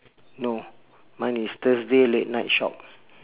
no mine is thursday late night shop